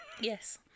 Yes